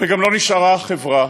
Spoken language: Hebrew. וגם לא נשארה חברה,